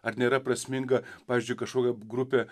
ar nėra prasminga pavyzdžiui kažkokia grupė